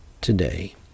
today